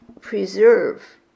preserve